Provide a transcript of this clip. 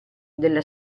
della